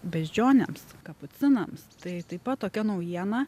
beždžionėms kapucinams tai taip pat tokia naujiena